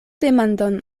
demandon